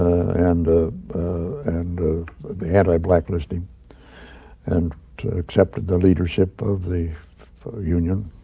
and ah and the anti-blacklisting and accepted the leadership of the union.